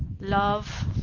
love